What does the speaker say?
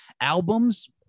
Albums